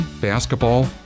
basketball